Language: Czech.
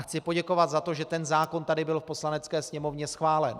Chci poděkovat za to, že ten zákon byl tady v Poslanecké sněmovně schválen.